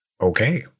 Okay